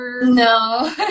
No